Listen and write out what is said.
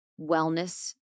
wellness